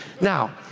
now